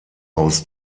aus